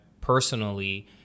personally